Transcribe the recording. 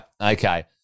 Okay